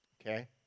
Okay